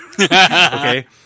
Okay